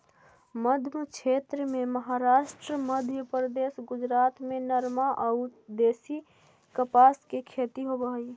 मध्मक्षेत्र में महाराष्ट्र, मध्यप्रदेश, गुजरात में नरमा अउ देशी कपास के खेती होवऽ हई